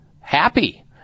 happy